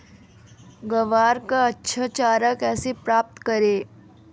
ग्वार का अच्छा चारा कैसे प्राप्त करें?